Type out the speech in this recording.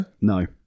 No